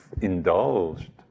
indulged